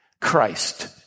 Christ